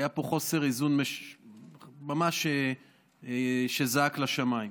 היה פה חוסר איזון שממש זעק לשמיים.